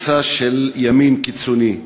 קבוצה של ימין קיצוני,